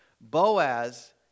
Boaz